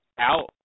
out